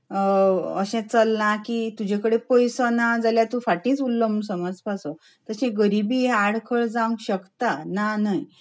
अशें चल्लां की तुजे कडेन पयसो ना जाल्यार तूं फाटींच उरलो म्हूण समजपाचो तशें गरिबी ही आडखळ जावंक शकता ना न्हय